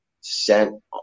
sent